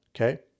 okay